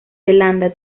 zelanda